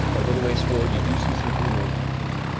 a little ways forward, you do see some humanoid footprints.